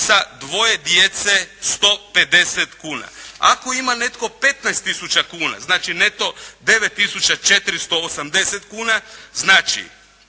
sa dvoje djece 150 kuna. Ako ima netko 15 tisuća kuna, znači neto 9.480,00 kuna, znači